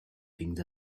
things